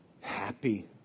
happy